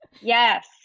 yes